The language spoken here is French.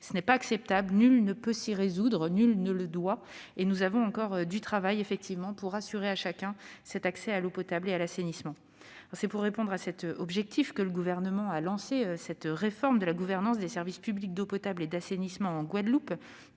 Ce n'est pas acceptable, et nul ne peut s'y résoudre. Nous avons encore du travail pour assurer à chacun l'accès à l'eau potable et à l'assainissement. C'est pour répondre à cet objectif que le Gouvernement a lancé la réforme de la gouvernance des services publics d'eau potable et d'assainissement en Guadeloupe.